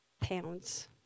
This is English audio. pounds